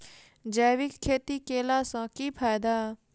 जैविक खेती केला सऽ की फायदा?